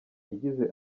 yagize